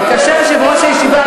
וכאשר יושב-ראש הישיבה,